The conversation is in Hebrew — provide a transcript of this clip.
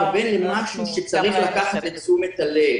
אני מתכוון למשהו שצריך לקחת לתשומת הלב.